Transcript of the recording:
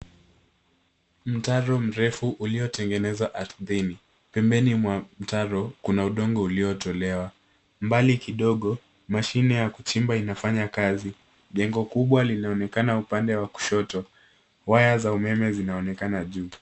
Mtaro mrefu uliotengenezwa arthini. pembeni mwa mtaro kuna udongo uliotolewa mbali kidogo mashine ya kuchimba inafanya kazi jengo kubwa linaonekana upande wa kushoto waya za umeme zinaonekana juu.